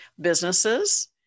businesses